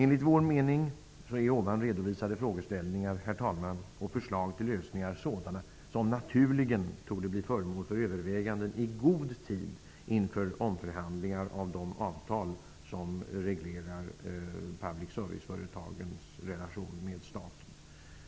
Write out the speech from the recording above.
Enligt vår mening är ovan redovisade frågeställningar och förslag till lösningar sådana som naturligen torde bli föremål för överväganden i god tid inför omförhandlingar beträffande de avtal som reglerar public service-företagens relation till staten.